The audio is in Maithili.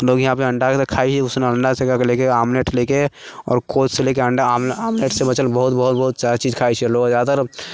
लोग इहाँपर अण्डा तऽ खाइ हय उसनल सँ लेके आमलेट सँ लेके आओर काँच सँ लेके अण्डा आमलेट सँ बनल बहुत बहुत सारा चीज खाइ छै लोग जादातर